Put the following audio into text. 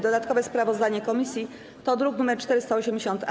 Dodatkowe sprawozdanie komisji to druk nr 480-A.